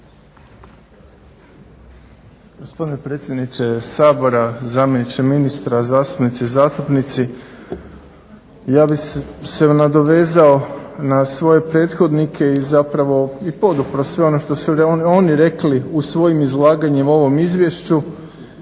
Gospodine predsjedniče Sabora, zamjeniče ministra, zastupnice i zastupnici. Ja bih se nadovezao na svoje prethodnike i zapravo podupro sve ono što su oni rekli u svojim izlaganjima o ovom izvješću,